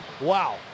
wow